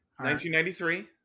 1993